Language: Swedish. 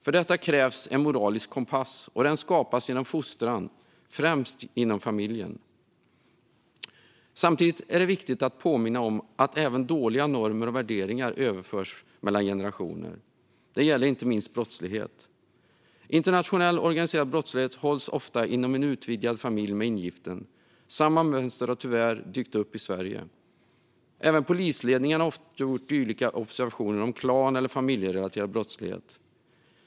För detta krävs en moralisk kompass, och den skapas genom fostran, främst inom familjen. Samtidigt är det viktigt att påminna om att även dåliga normer och värderingar överförs mellan generationer. Det gäller inte minst brottslighet. Internationell organiserad brottslighet hålls ofta inom en utvidgad familj med ingiften. Samma mönster har tyvärr dykt upp i Sverige. Även polisledningen har gjort dylika observationer om klan eller familjerelaterad brottslighet.